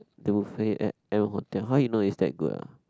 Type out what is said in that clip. the buffet at M-Hotel how you know it's that good ah